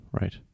right